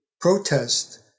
protest